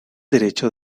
derecho